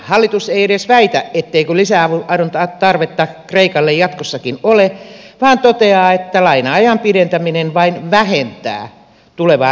hallitus ei edes väitä etteikö lisäavun tarvetta kreikalle jatkossakin ole vaan toteaa että laina ajan pidentäminen vain vähentää tulevaa rahoitustarvetta